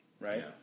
right